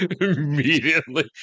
immediately